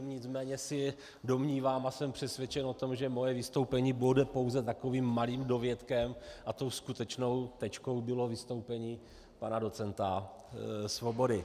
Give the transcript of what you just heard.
Nicméně se domnívám a jsem přesvědčen o tom, že moje vystoupení bude pouze takovým malým dovětkem a tou skutečnou tečkou bylo vystoupení pana docenta Svobody.